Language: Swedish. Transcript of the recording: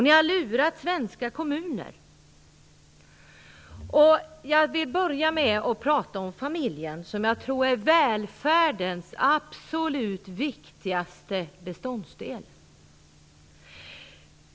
Ni har lurat svenska kommuner. Jag vill börja med att prata om familjen som jag tror är valfärdens absolut viktigaste beståndsdel.